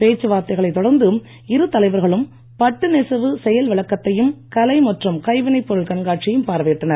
பேச்சு வார்த்தைகளைத் தொடர்ந்து இருதலைவர்களும் பட்டு நெசவு செயல் விளக்கத்தையும் கலை மற்றும் கைவினைப் பொருள் கண்காட்சியையும் பார்வையிட்டனர்